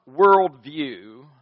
worldview